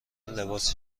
لباس